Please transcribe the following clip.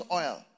oil